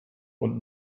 und